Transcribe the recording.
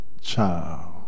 child